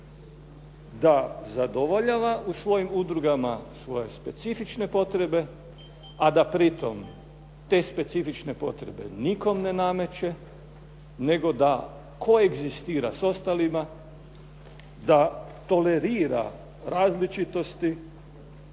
da zadovoljava u svojim udrugama svoje specifične potrebe, a da pritom te specifične potrebe nikom ne nameće nego da koegzistira s ostalima, da tolerira različitosti,